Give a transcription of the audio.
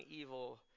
evil